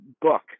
book